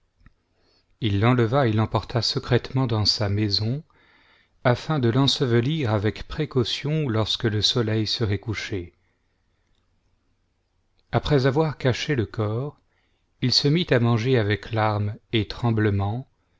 il l'enleva et l'emporta secrètement dans sa maison afin de l'ensevelir avec précaution lorsque le soleil serait couché après avoir caché le corps il se mit à manger avec larmes et tremblement